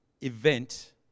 event